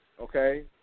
Okay